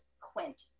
quint